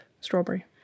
strawberry